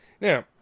Now